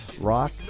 rock